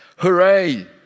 Hooray